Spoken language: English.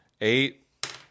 Eight